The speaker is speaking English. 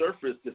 surface